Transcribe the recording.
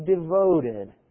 devoted